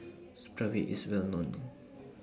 Supravit IS A Well known